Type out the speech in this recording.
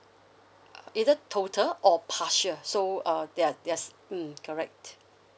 uh either total or partial so uh ya yes mm correct